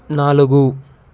నాలుగు